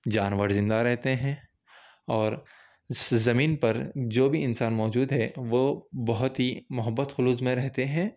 جانور زندہ رہتے ہیں اور زمین پر جو بھی انسان موجود ہے وہ بہت ہی محبت خلوص میں رہتے ہیں